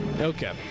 Okay